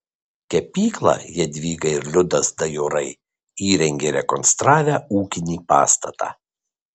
kepyklą jadvyga ir liudas dajorai įrengė rekonstravę ūkinį pastatą